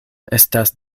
estas